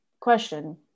question